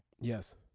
Yes